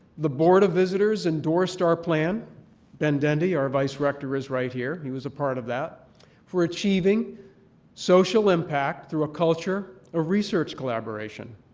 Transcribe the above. the board of visitors endorsed our plan ben dendy, our vice director, is right here he was a part of that for achieving social impact through a culture of research collaboration.